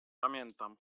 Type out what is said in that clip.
pamiętam